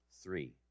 Three